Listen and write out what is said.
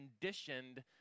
conditioned